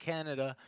Canada